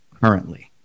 currently